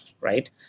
right